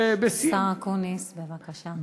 השר אקוניס, בבקשה.